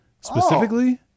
Specifically